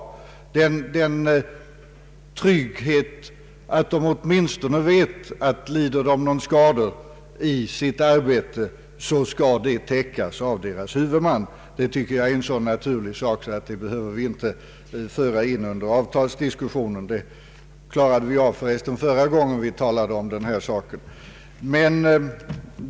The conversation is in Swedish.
De måste ha tryggheten att åtminstone veta att om de lider någon skada i sitt arbete, så skall den täckas av deras huvudmän. Detta tycker jag är så naturligt att vi inte behöver föra in det i avtalsdiskussionen. Vi klarade förresten av den saken förra gången vi talade om detta ärende.